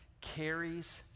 carries